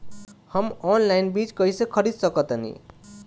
हम ऑनलाइन बीज कईसे खरीद सकतानी?